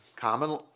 Common